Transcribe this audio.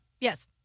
Yes